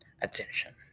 attention